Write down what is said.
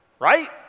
right